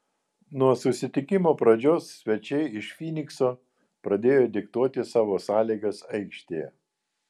nuo susitikimo pradžios svečiai iš fynikso pradėjo diktuoti savo sąlygas aikštėje